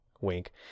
wink